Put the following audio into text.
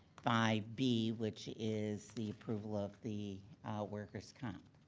five b which is the approval of the worker's comp.